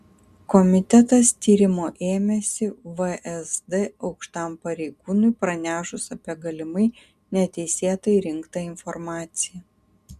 komitetas tyrimo ėmėsi vsd aukštam pareigūnui pranešus apie galimai neteisėtai rinktą informaciją